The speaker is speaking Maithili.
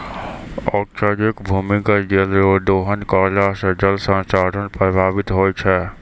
अत्यधिक भूमिगत जल रो दोहन करला से जल संसाधन प्रभावित होय छै